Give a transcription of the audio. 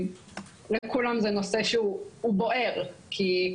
לכולם זה נושא שהוא בוער כי,